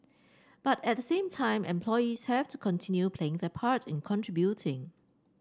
but at the same time employees have to continue playing their part in contributing